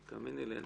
אני לא נעולה בכלל.